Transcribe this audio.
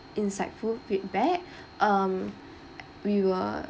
insightful feedback um we will